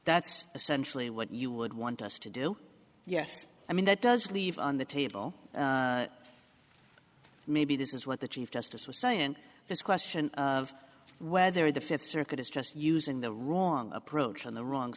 that's essentially what you would want us to do yes i mean that does leave on the table maybe this is what the chief justice was saying and this question of whether the fifth circuit is just using the wrong approach in the wrong